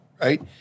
right